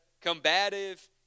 combative